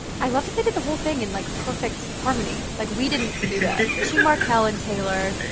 i love that they did the whole thing in like perfect harmony. like, we didn't do that. to markell and taylor,